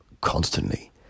constantly